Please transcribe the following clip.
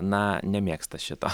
na nemėgsta šito